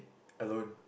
alone